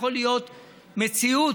יכולה להיות מציאות